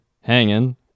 hanging